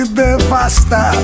devasta